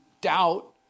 doubt